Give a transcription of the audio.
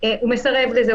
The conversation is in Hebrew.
הוא מסרב לזה,